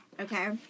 okay